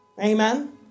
Amen